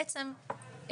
בעצם,